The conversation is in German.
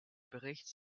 berichts